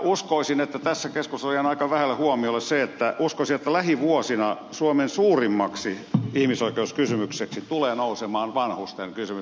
tässä keskustelussa on jäänyt aika vähälle huomiolle se että uskoisin että lähivuosina suomen suurimmaksi ihmisoikeuskysymykseksi tulee nousemaan vanhusten kysymys